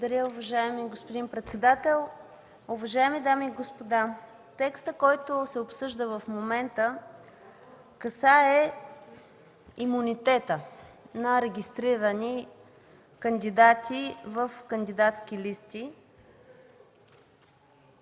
Благодаря, уважаеми господин председател. Уважаеми дами и господа, текстът, който се обсъжда в момента, касае имунитета на регистрирани кандидати в кандидатски листи